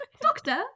doctor